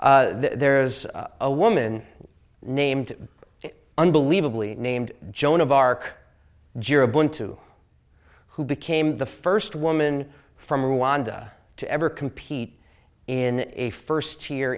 there's a woman named unbelievably named joan of arc into who became the first woman from rwanda to ever compete in a first